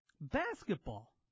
basketball